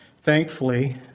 Thankfully